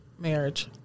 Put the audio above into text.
marriage